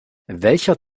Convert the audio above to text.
welcher